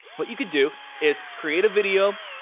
but you could do is create a video,